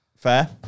fair